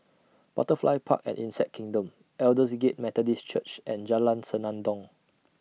Butterfly Park and Insect Kingdom Aldersgate Methodist Church and Jalan Senandong